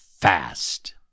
fast